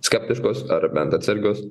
skeptiškos ar bent atsargios